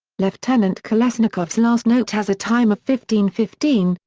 lieutenant kolesnikov's last note has a time of fifteen fifteen,